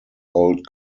old